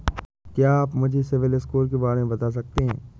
क्या आप मुझे सिबिल स्कोर के बारे में बता सकते हैं?